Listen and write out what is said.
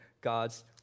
God's